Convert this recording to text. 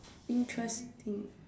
interesting